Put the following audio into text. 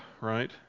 Right